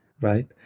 right